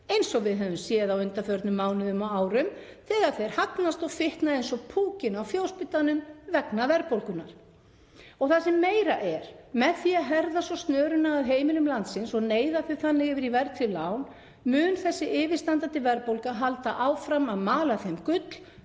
eins og við höfum séð á undanförnum mánuðum og árum þegar þeir hagnast og fitna eins og púkinn á fjósbitanum vegna verðbólgunnar, og það sem meira er, með því að herða svo snöruna að heimilum landsins og neyða þannig yfir í verðtryggð lán mun þessi yfirstandandi verðbólga halda áfram að mala þeim gull